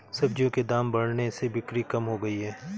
सब्जियों के दाम बढ़ने से बिक्री कम हो गयी है